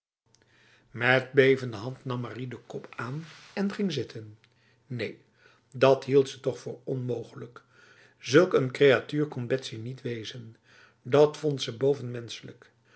met bevende hand nam marie de kop aan en ging zitten neen dat hield ze toch voor onmogelijk zulk een creatuur kon betsy niet wezen dat vond ze